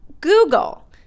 Google